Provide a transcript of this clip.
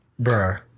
Bruh